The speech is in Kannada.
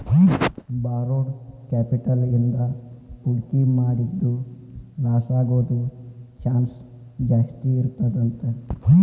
ಬಾರೊಡ್ ಕ್ಯಾಪಿಟಲ್ ಇಂದಾ ಹೂಡ್ಕಿ ಮಾಡಿದ್ದು ಲಾಸಾಗೊದ್ ಚಾನ್ಸ್ ಜಾಸ್ತೇಇರ್ತದಂತ